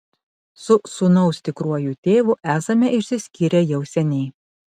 su sūnaus tikruoju tėvu esame išsiskyrę jau seniai